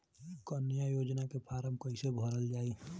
कन्या योजना के फारम् कैसे भरल जाई?